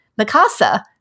Mikasa